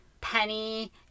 Penny